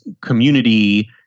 community